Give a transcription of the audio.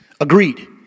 agreed